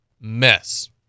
mess